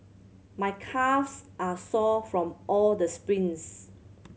my calves are sore from all the sprints